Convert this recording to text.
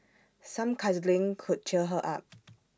some cuddling could cheer her up